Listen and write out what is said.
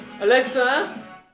Alexa